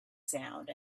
sound